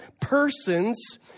persons